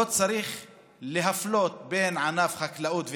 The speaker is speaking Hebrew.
לא צריך להפלות את ענפי החקלאות והתעשייה.